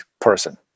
person